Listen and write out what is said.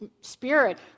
spirit